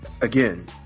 again